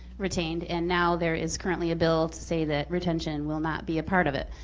retained. and now there is currently a bill to say that retention will not be a part of it.